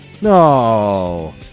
no